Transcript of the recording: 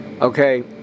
Okay